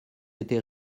été